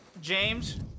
James